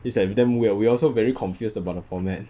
is like damn weird we also very confused about the format